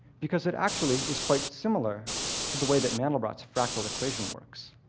because it actually is quite similar to the way that mandelbrot's fractal equation works.